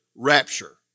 rapture